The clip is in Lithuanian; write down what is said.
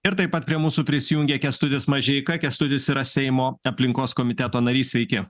ir taip pat prie mūsų prisijungė kęstutis mažeika kęstutis yra seimo aplinkos komiteto narys sveiki